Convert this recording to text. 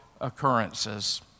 occurrences